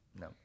No